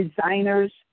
designers